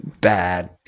bad